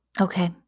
Okay